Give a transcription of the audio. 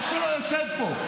אח שלו יושב פה.